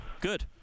Good